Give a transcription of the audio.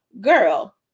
girl